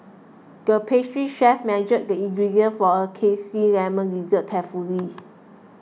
the pastry chef measured the ingredients for a Zesty Lemon Dessert carefully